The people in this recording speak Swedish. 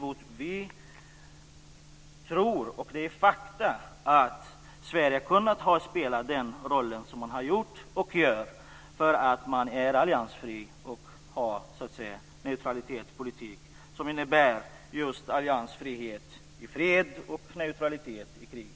Jag tror att Sverige kommer att spela den roll som vi har gjort och gör därför att vi är alliansfria och för en neutralitetspolitik som innebär alliansfrihet i fred och neutralitet i krig.